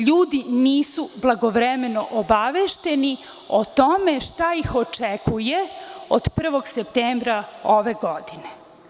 Ljudi nisu blagovremeno obavešteni o tome šta ih očekuje od 1. septembra ove godine.